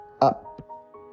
up